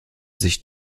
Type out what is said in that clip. sich